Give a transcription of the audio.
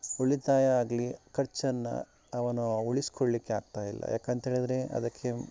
ಉಳಿತಾಯ ಆಗಲಿ ಖರ್ಚನ್ನು ಅವನು ಉಳಿಸ್ಕೊಳ್ಳಿಕ್ಕೆ ಆಗ್ತಾಯಿಲ್ಲ ಯಾಕಂಥೇಳಿದ್ರೆ ಅದಕ್ಕೆ